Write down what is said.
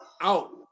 out